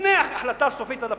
לפני שהוחלט סופית על הפירוק,